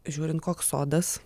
žiūrint koks sodas